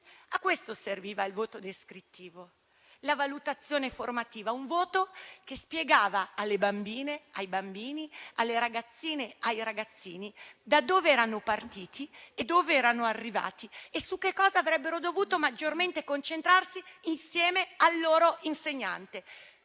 A questo servivano il voto descrittivo e la valutazione formativa: un voto che spiegava alle bambine e ai bambini, alle ragazzine e ai ragazzini da dove erano partiti, dove erano arrivati e su cosa avrebbero dovuto maggiormente concentrarsi insieme al loro insegnante,